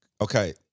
Okay